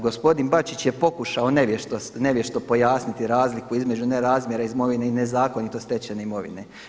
Gospodin Bačić je pokušao nevješto pojasniti razliku između nerazmjera imovine i nezakonito stečene imovine.